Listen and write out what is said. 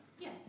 Yes